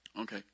Okay